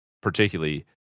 particularly